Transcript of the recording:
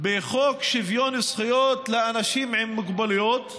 בחוק שוויון זכויות לאנשים עם מוגבלויות,